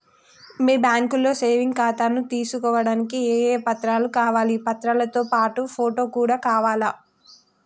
మీ బ్యాంకులో సేవింగ్ ఖాతాను తీసుకోవడానికి ఏ ఏ పత్రాలు కావాలి పత్రాలతో పాటు ఫోటో కూడా కావాలా?